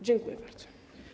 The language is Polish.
Dziękuję bardzo.